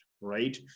right